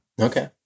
okay